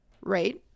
right